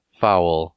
foul